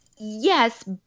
Yes